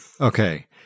Okay